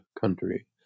country